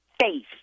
face